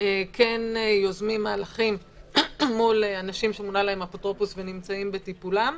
כן יוזמים מהלכים מול אנשים שמונה להם אפוטרופוס ונמצאים בטיפולם,